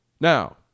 Now